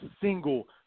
single